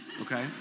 okay